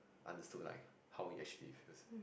understood like how he actually feels